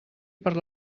per